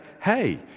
hey